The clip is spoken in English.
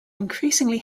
increasingly